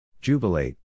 Jubilate